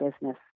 business